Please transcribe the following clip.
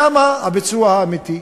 שם הביצוע האמיתי.